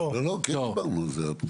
דיברנו על זה.